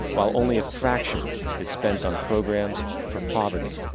while only a fraction is spend on programs for poverty,